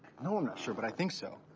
no, i'm not sure, but i think so.